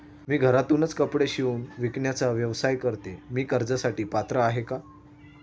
मी घरातूनच कपडे शिवून विकण्याचा व्यवसाय करते, मी कर्जासाठी पात्र आहे का?